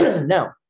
Now